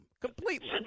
Completely